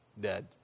dead